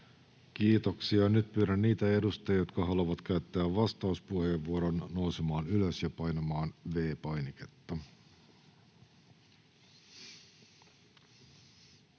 aitioon. Nyt pyydän niitä edustajia, jotka haluavat käyttää vastauspuheenvuoron, nousemaan ylös ja painamaan V-painiketta.